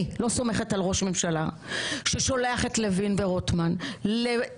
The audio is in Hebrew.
אני לא סומכת על ראש ממשלה ששולח את לוין ורוטמן לבטל